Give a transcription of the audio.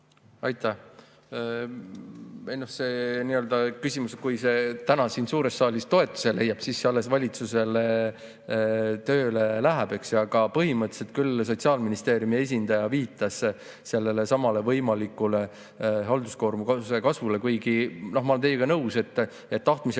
pakkuda? See küsimus, kui see täna siin suures saalis toetuse leiab, alles läheb valitsusele töösse. Aga põhimõtteliselt küll Sotsiaalministeeriumi esindaja viitas sellelesamale võimalikule halduskoormuse kasvule, kuigi ma olen teiega nõus, et tahtmise